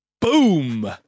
Boom